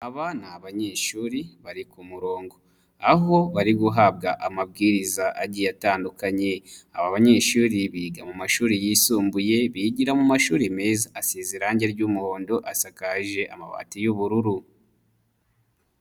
Aba ni abanyeshuri bari ku murongo aho bari guhabwa amabwiriza agiye atandukanye. Aba banyeshuri biga mu mashuri yisumbuye, bigira mu mashuri meza, asize irangi ry'umuhondo asakaje amabati y'ubururu.